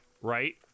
right